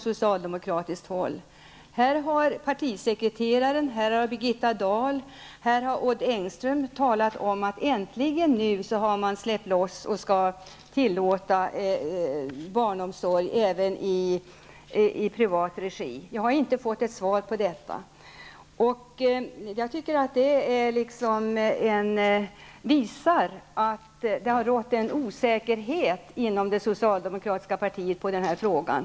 Socialdemokraternas partisekreterare, Birgitta Dahl och Odd Engström har sagt att man äntligen har släppt loss och kan tillåta barnomsorg även i privat regi. Jag har inte fått svar på min fråga varför de ser annorlunda på saken än vad t.ex. Maj-Inger Klingvall gör. Det visar den osäkerhet som råder inom socialdemokratin i den här frågan.